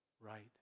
right